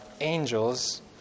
angels